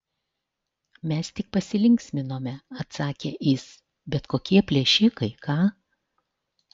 mes tik pasilinksminome atsakė iz bet kokie plėšikai ką